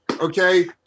okay